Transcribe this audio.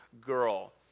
girl